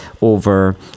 over